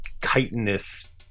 chitinous